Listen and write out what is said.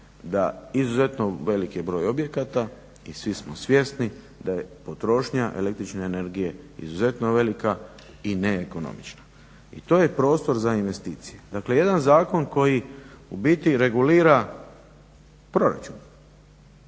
da je izuzetno veliki broj objekata i svi smo svjesni da je potrošnja električne energije izuzetno velika i neekonomična. I toje prostor za investicije. Dakle, jedan zakon koji u biti regulira proračun